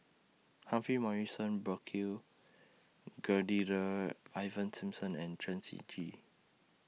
Humphrey Morrison Burkill Ivan Simson and Chen Shiji